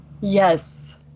yes